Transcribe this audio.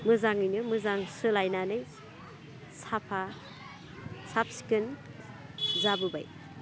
मोजाङैनो मोजां सोलायनानै साफा साब सिखोन जाबोबाय